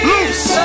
Loose